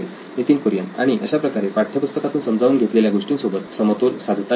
नितीन कुरियन आणि अशाप्रकारे पाठ्यपुस्तकातून समजावून घेतलेल्या गोष्टींसोबत समतोल साधता येईल